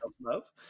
love